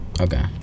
okay